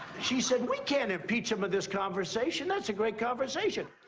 she said, we can't impeach him in this conversation. that's a great conversation.